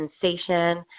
Sensation